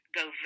go